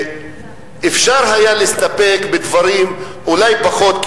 אפשר היה אולי להסתפק בפחות דברים כדי